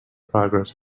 progress